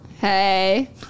Hey